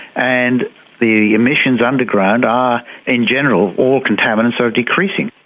and the emissions underground are in general all contaminants are decreasing.